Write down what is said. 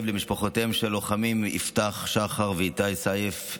למשפחותיהם של הלוחמים יפתח שחר ואיתי סייף,